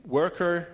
worker